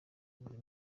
buri